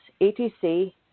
ATC